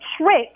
trick